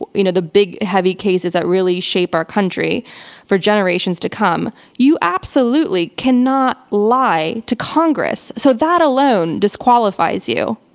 you know the big heavy cases that really shape our country for generations to come, you absolutely cannot lie to congress. so that alone disqualifies you.